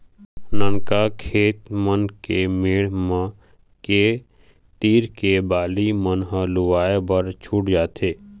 ननका खेत मन के मेड़ मन के तीर के बाली मन ह लुवाए बर छूट जाथे